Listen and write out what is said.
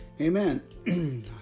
Amen